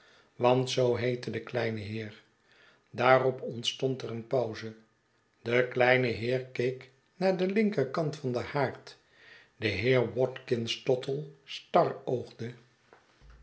want zoo heette de kleine heer daarop ontstond er een pauze de kleine heer keek naar den linkerkant van den haard de heer watkins tottle